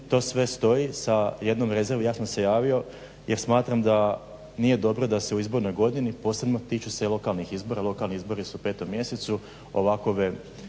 to sve stoji sa jednom rezervom. Ja sam se javio jer smatram da nije dobro da se u izbornoj godini, posebno tiču se lokalnih izbora, lokalni izbori su u 5 mjesecu. Ovakove